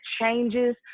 changes